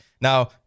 Now